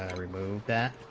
ah remove that